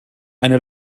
eine